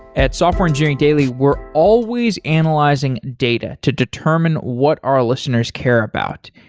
at software engineering daily, we're always analyzing data to determine what our listeners care about,